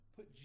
Put